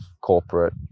corporate